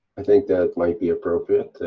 i think that might be appropriate.